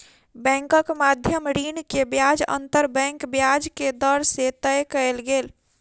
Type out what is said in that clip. बैंकक मध्य ऋण के ब्याज अंतर बैंक ब्याज के दर से तय कयल गेल